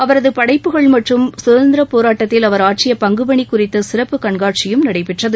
அவரது படைப்புகள் மற்றும் சுதந்திரப் போரட்டத்தில் அவர் ஆற்றிய பங்குபணி குறித்த சிறப்பு கண்காட்சியும் நடைபெற்றது